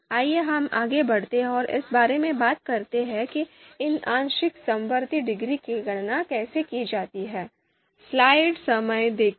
आइए हम आगे बढ़ते हैं और इस बारे में बात करते हैं कि इन आंशिक समवर्ती डिग्री की गणना कैसे की जाती है